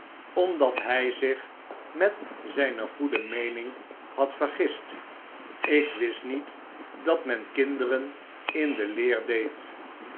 omdat hij zich met zijne goede meening had vergist ik wist niet dat men kinderen in de leer deed